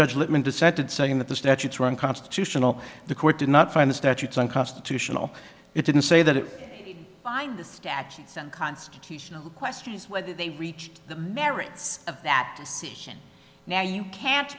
judge littman dissented saying that the statutes were unconstitutional the court did not find the statutes unconstitutional it didn't say that it find the statutes and constitutional question is whether they reached the merits of that decision now you can't